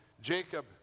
Jacob